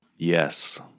Yes